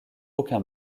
aucun